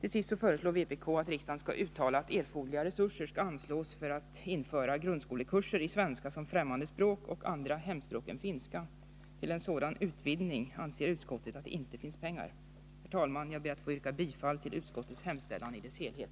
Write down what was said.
Till sist föreslår vpk att riksdagen skall uttala att erforderliga resurser skall anslås för att införa grundskolekurser i svenska som främmande språk och andra hemspråk än finska. Till en sådan utvidgning anser utskottet att det inte finns pengar. Herr talman! Jag ber att få yrka bifall till utskottets hemställan i dess helhet.